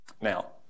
Now